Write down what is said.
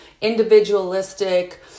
individualistic